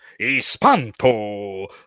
Espanto